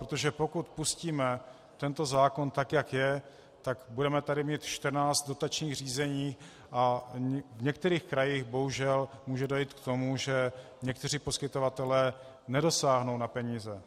Protože pokud pustíme tento zákon tak, jak je, tak budeme tady mít 14 dotačních řízení a v některých krajích bohužel může dojít k tomu, že někteří poskytovatelé nedosáhnou na peníze.